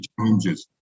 changes